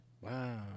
Wow